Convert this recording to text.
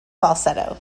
falsetto